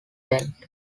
end